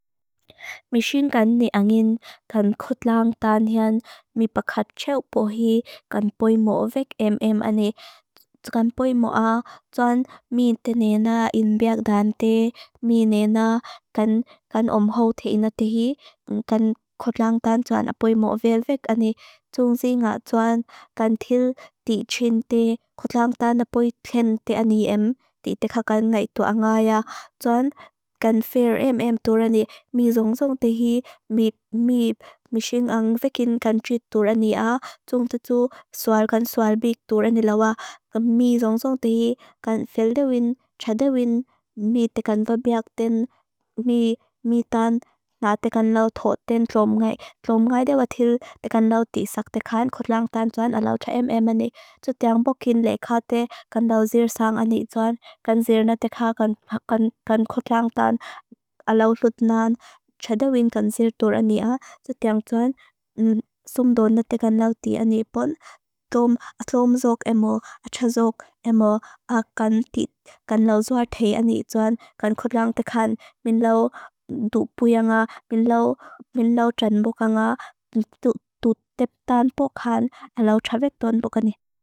Mìxìng kan ne angin kan khutláng tán hian mìpa kátxéupó hii kan poimóvek em em ane. Kan poimó a, tsuan míin téné na inbeak dante, míin né na kan omhó te inate hii. Kan khutláng tán tsuan a poimóvek ane. Tsungzìng a tsuan kan til tí txinté. Khutláng tán a poipén té ani em, tí tekhákan ngay tua ngáya. Tsuan kan fér em em tura nì. Mì zóngzóng te hii. Mìxìng ang fekín kan chìt tura nì a. Tsungzì tsu swal kan swal bìk tura nì lawa. Mì zóngzóng te hii. Kan fél de win, chad de win. Mì tekan vebeak tén. Mì tán na tekan lau thót tén tróm ngay. Tróm ngay de wa til tekan lau tísak tekán. Khutláng tán tsuan a lau chá em em ane. Tsut yáng pokín lé káté. Kan lau zér sáng ani tsuan. Kan zér na tekhákan. Kan khutláng tán a lau thót nan. Chad de win kan zér tura nì a. Tsut yáng tsuan. Tsum dón na tekan lau tí ani epón. Tóm zóngzóng emó. A chá zóngzóng emó. A kan tít. Kan lau zwarté ani tsuan. Kan khutláng tekán. Mín lau dupuya nga. Mín lau djanbóka nga. Tutép tán pokán. A lau chavét tón poka nì.